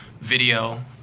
video